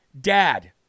Dad